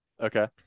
Okay